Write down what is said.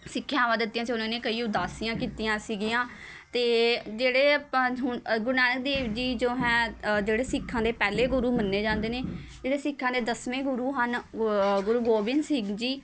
ਸਿੱਖਿਆਵਾਂ ਦਿੱਤੀਆਂ ਸੀ ਉਹਨਾਂ ਨੇ ਕਈ ਉਦਾਸੀਆਂ ਕੀਤੀਆਂ ਸੀਗੀਆਂ ਅਤੇ ਜਿਹੜੇ ਆਪਾਂ ਹੁਣ ਗੁਰੂ ਨਾਨਕ ਦੇਵ ਜੀ ਜੋ ਹੈ ਜਿਹੜੇ ਸਿੱਖਾਂ ਦੇ ਪਹਿਲੇ ਗੁਰੂ ਮੰਨੇ ਜਾਂਦੇ ਨੇ ਜਿਹੜੇ ਸਿੱਖਾਂ ਦੇ ਦਸਵੇਂ ਗੁਰੂ ਹਨ ਗ ਗੁਰੂ ਗੋਬਿੰਦ ਸਿੰਘ ਜੀ